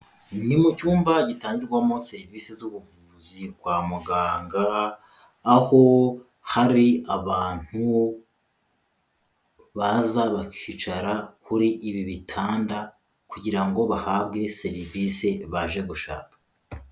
Ni mu cyumba gitangirwamo serivisi z'ubuvuzi kwa muganga, aho hari abantu baza bakicara kuri ibi bitanda kugira ngo bahabwe serivisi baje gushaka.